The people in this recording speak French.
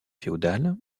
féodal